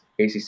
ACC